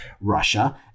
Russia